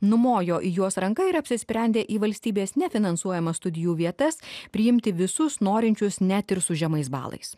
numojo į juos ranka ir apsisprendė į valstybės nefinansuojamas studijų vietas priimti visus norinčius net ir su žemais balais